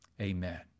Amen